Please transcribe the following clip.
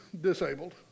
disabled